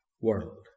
world